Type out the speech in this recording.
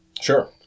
Sure